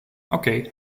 okay